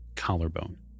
collarbone